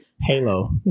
Halo